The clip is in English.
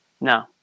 No